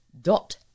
dot